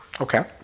Okay